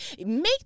make